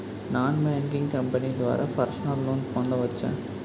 Non banking company ద్వారా personal loan పొందవచ్చా?